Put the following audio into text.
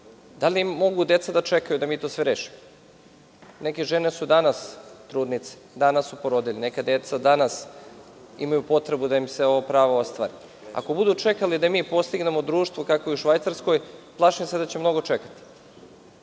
da li mogu deca da čekaju da mi sve to rešimo? Neke žene su danas trudnice, danas su porodilje, neka deca danas imaju potrebu da im se ovo pravo ostvari. Ako budu čekali da mi postignemo društvo kakvo je u Švajcarskoj, plašim se da će mnogo čekati.